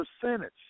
percentage